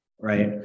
Right